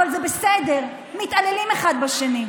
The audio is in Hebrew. אבל זה בסדר, מתעללים אחד בשני,